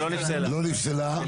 היא לא נפסלה, היא בנפרד.